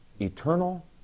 eternal